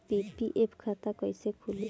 PPF खाता कैसे खुली?